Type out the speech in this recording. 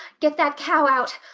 get. that cow. out.